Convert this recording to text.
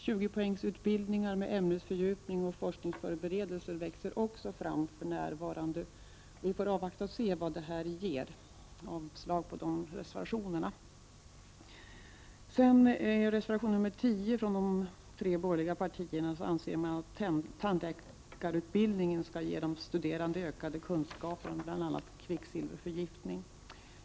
20-poängsutbildningar med ämnesfördjupning och forskningsförberedelser växer också fram för närvarande. Vi får avvakta och se vad detta ger. Jag yrkar avslag på reservationerna. I reservation 10 från de tre borgerliga partierna anser man att tandläkarutbildningen skall ge de studerande ökade kunskaper om bl.a. kvicksilverförgiftning.